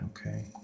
okay